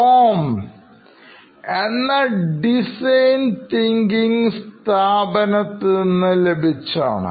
com എന്ന design thinking സ്ഥാപനത്തിൽ നിന്ന്ലഭിച്ചതാണ്